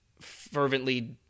fervently